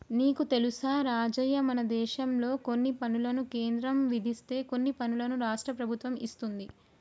నీకు తెలుసా రాజయ్య మనదేశంలో కొన్ని పనులను కేంద్రం విధిస్తే కొన్ని పనులను రాష్ట్ర ప్రభుత్వం ఇదిస్తుంది